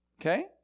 Okay